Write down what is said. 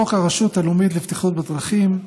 חוק הרשות הלאומית לבטיחות בדרכים,